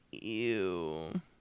Ew